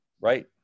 right